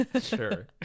Sure